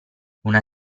una